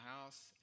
house